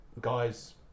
guys